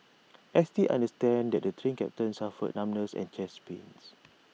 S T understands that the Train Captain suffered numbness and chest pains